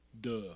Duh